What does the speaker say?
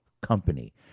company